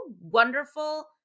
wonderful